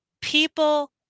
people